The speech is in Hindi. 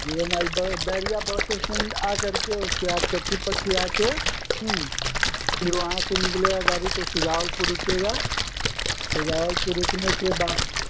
जीरो माइल बे बैरिया बस स्टैन्ड आ करके उसको बाद कच्ची पक्की आकर फिर वहाँ से निकलेगा गाजीपुर तो सुजावलपुर रुकेगा सुजावलपुर रुकने के बाद